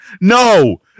No